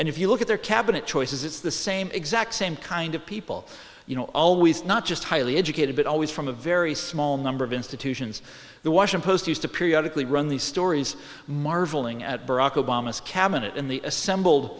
and if you look at their cabinet choices it's the same exact same kind of people you know always not just highly educated but always from a very small number of institutions the washing post used to periodically run these stories marveling at barack obama's cabinet in the assembled